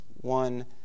one